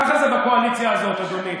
ככה זה בקואליציה הזאת, אדוני.